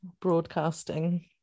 broadcasting